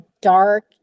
dark